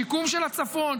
שיקום של הצפון.